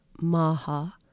Maha